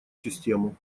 систему